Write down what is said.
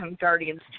Guardians